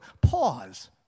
pause